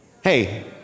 Hey